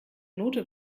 note